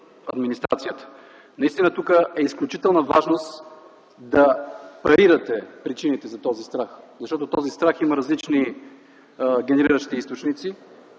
администрацията. Наистина, тук е от изключителна важност да парирате причините за този страх, защото той има различни генериращи източници.